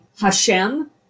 Hashem